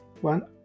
one